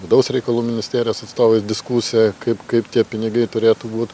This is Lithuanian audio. vidaus reikalų ministerijos atstovais diskusija kaip kaip tie pinigai turėtų būt